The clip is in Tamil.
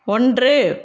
ஒன்று